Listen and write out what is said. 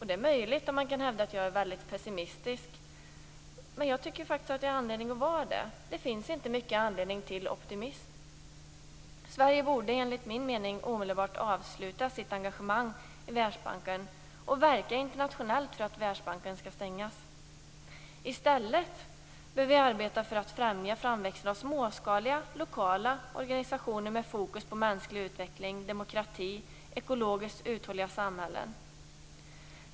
Det är möjligt att man kan hävda att jag är väldigt pessimistisk, men jag tycker faktiskt att det finns anledning att vara det. Det finns inte mycket anledning till optimism. Sverige borde enligt min mening omedelbart avsluta sitt engagemang i Världsbanken och verka internationellt för att Världsbanken skall stängas. I stället bör vi arbeta för att främja framväxten av småskaliga, lokala organisationer med fokus på mänsklig utveckling, demokrati och ekologiskt uthålliga samhällen.